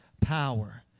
power